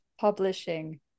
Publishing